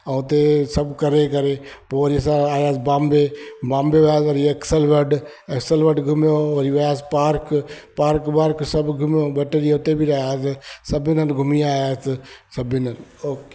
ऐं हुते सभु करे करे पोइ वरी असां आयासीं बॉम्बे बॉम्बे वियासीं वरी एक्सल वल्ड एक्सल वल्ड घुमियो वरी वियासीं पार्क पार्क वार्क सभु घुमियो ॿ टे ॾींअं हुते बि रहियासीं सभिनि हंधु घुमी आयासीं सभिनि हंधि ओके